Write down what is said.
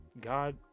God